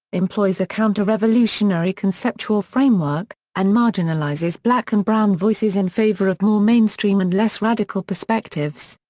employs a counterrevolutionary conceptual framework, and marginalizes black and brown voices in favor of more mainstream and less radical perspectives.